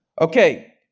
Okay